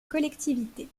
collectivité